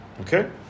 Okay